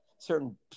certain